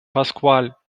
pasquale